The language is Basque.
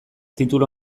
titulu